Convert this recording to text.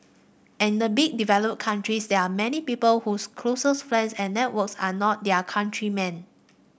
and in the big developed countries there are many people whose closest friends and networks are not their countrymen